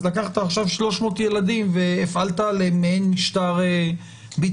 אז לקחת עכשיו 300 ילדים והפעלת עליהם מעין משטר בידוד.